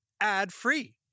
ad-free